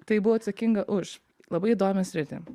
tai buvau atsakinga už labai įdomią sritį